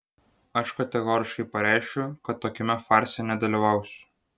aš kategoriškai pareiškiu kad tokiame farse nedalyvausiu